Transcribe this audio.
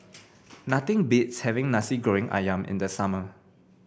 nothing beats having Nasi Goreng ayam in the summer